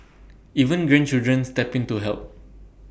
even grandchildren step in to help